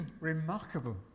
remarkable